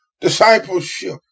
Discipleship